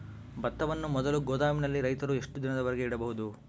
ಭತ್ತವನ್ನು ಮೊದಲು ಗೋದಾಮಿನಲ್ಲಿ ರೈತರು ಎಷ್ಟು ದಿನದವರೆಗೆ ಇಡಬಹುದು?